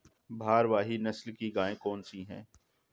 भारवाही नस्ल की गायें कौन सी हैं?